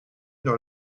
dans